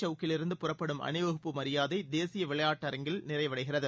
சவுக்கிலிருந்து புறப்படும் அணிவகுப்பு மரியாதை தேசிய விளையாட்டரங்கில் விஜய் நிறைவடைகிறது